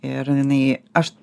ir jinai aš